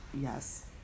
Yes